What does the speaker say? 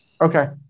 Okay